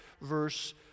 verse